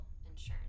insurance